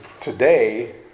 Today